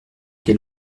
quel